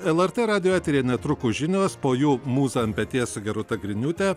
lrt radijo eteryje netrukus žinios po jų mūza ant peties su gdrūta griniūte